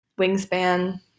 Wingspan